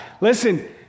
Listen